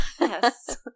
Yes